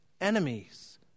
enemies